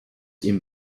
ihm